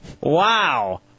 Wow